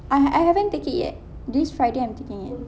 I I haven't take it yet this friday I'm taking it